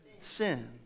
sin